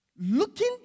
Looking